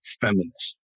feminist